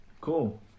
Cool